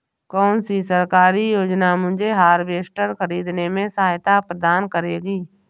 कौन सी सरकारी योजना मुझे हार्वेस्टर ख़रीदने में सहायता प्रदान करेगी?